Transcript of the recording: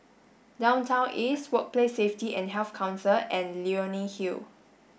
Downtown East Workplace Safety and Health Council and Leonie Hill